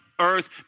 Earth